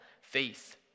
faith